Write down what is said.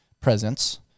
presence